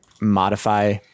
modify